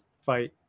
fight